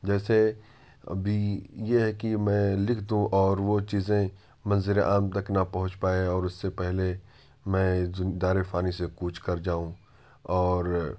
جیسے ابھی یہ ہے کہ میں لکھ دوں اور وہ چیزیں منظر عام تک نہ پہںچ پائے اور اس سے پہلے میں دار فانی سے كوچ كر جاؤں اور